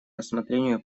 рассмотрению